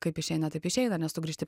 kaip išeina taip išeina nes tu grįžti